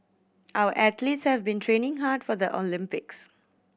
our athletes have been training hard for the Olympics